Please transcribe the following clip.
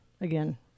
again